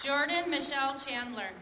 jordan michelle chandler